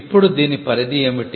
ఇప్పుడు దీని పరిధి ఏమిటి